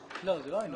לא.